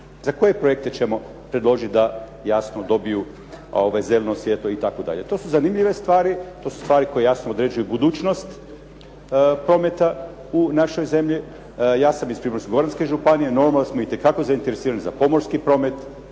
Za koje projekte ćemo predložiti da, jasno dobiju zeleno svijetlo i tako dalje? To su zanimljive stvari, to su stvari koje jasno određuju budućnost prometa u našoj zemlji. Ja sam iz Primorsko-goranske županije, normalno da smo itekako zainteresirani za pomorski promet,